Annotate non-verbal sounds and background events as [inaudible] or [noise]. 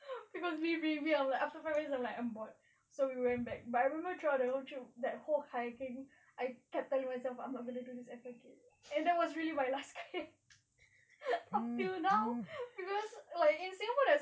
cause we we we after five minutes like I'm bored so we went back but I remember throughout the whole trip that whole kayaking I kept telling myself I'm not gonna do this ever again and that was really my last kayak [laughs] up till now cause like in singapore